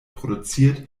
produziert